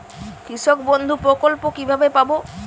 কৃষকবন্ধু প্রকল্প কিভাবে পাব?